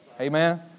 Amen